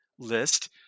list